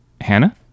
Hannah